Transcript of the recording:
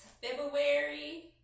February